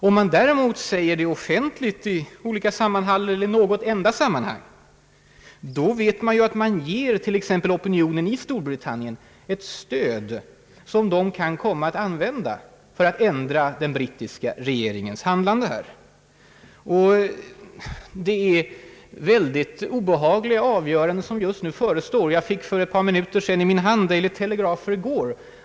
Om man däremot säger det offentligt i olika sammanhang, eller i något enda sammanhang, då ger man t.ex. opinionen i Storbritannien ett stöd som den kan komma att använda för att ändra den brittiska regeringens handlande. Det är mycket obehagliga avgöranden som just nu förestår. Jag fick för ett par minuter sedan i min hand Daily Telegraph för i går.